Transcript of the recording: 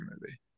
movie